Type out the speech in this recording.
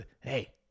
hey